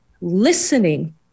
listening